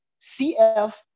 CF